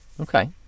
Okay